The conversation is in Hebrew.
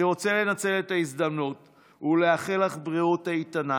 אני רוצה לנצל את ההזדמנות ולאחל לך בריאות איתנה,